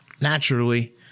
naturally